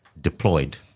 deployed